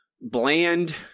bland